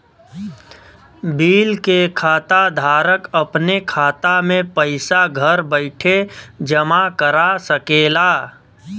bill के खाता धारक अपने खाता मे पइसा घर बइठे जमा करा सकेला